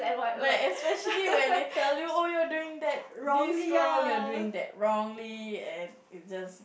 like especially when they tell you oh you're doing that this wrong you are doing that wrongly and it just